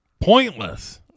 Pointless